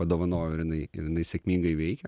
padovanojau ir jinai ir jinai sėkmingai veikia